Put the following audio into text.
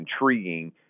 intriguing